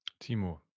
Timo